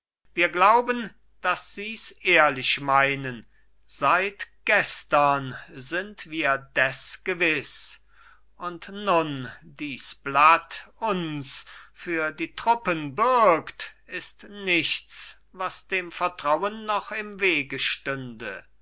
wir glauben daß sies ehrlich meinen seit gestern sind wir des gewiß und nun dies blatt uns für die truppen bürgt ist nichts was dem vertrauen noch im wege stünde